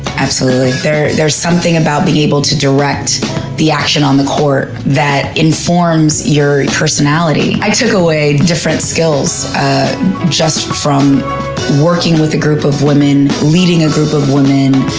absolutely. there's there's something about being able to direct the action on the court that informs your personality. i took away different skills just from working with the group of women, leading a group of women,